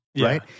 Right